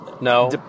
No